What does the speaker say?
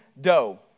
Dough